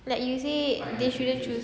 like you say they shouldn't choose